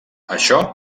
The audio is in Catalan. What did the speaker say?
això